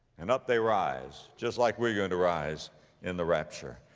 and up they rise. just like we're going to rise in the rapture.